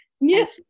Yes